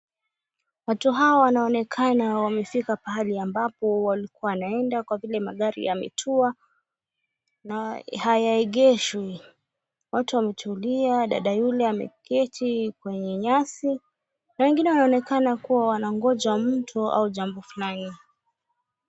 Watu hawa wanaonekana wamefika pahali ambapo walikuwa wanaenda kwa vile magari yametua na hayaegeshwi. Watu wametulia, dada yule ameketi kwenye nyasi na wengine wanaonekana kuwa wanangoja mtu au jambo fulani.